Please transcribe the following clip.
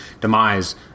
demise